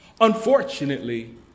Unfortunately